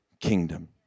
kingdom